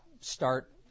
start